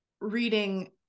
reading